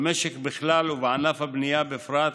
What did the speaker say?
במשק בכלל ובענף הבנייה בפרט,